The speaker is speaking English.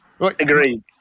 Agreed